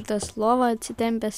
tas lovą atsitempęs